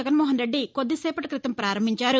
జగన్నోహన్ రెడ్డి కొద్దిసేపటీ క్రితం ప్రారంభించారు